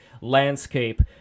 landscape